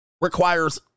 requires